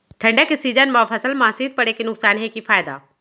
ठंडा के सीजन मा फसल मा शीत पड़े के नुकसान हे कि फायदा?